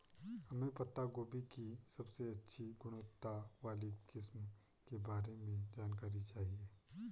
हमें पत्ता गोभी की सबसे अच्छी गुणवत्ता वाली किस्म के बारे में जानकारी चाहिए?